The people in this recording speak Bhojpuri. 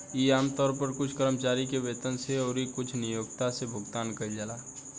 इ आमतौर पर कुछ कर्मचारी के वेतन से अउरी कुछ नियोक्ता से भुगतान कइल जाला